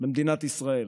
במדינת ישראל: